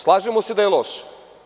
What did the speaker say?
Slažemo se da je loš.